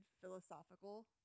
philosophical